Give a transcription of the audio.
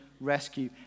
rescue